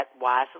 wisely